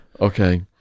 Okay